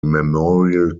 memorial